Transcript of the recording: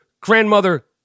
grandmother